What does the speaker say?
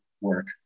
work